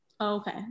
Okay